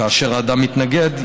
כאשר האדם מתנגד,